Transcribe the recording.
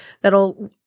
that'll